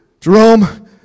Jerome